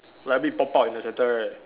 like a bit pop out in the centre right